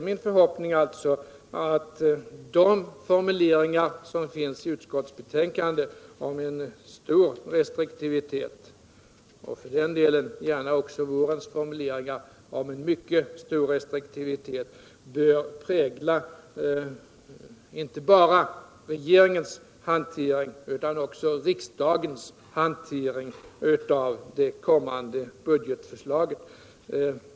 Min förhoppning är alltså nu att de formuleringar som finns i utskottsbetänkandet om stor restriktivitet — och för den delen gärna också vårens formuleringar om mycket stor restriktivitet — skall prägla inte bara regeringens hantering utan också riksdagens hantering av det kommande budgetförslaget.